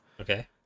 Okay